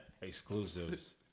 exclusives